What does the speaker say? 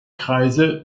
kreise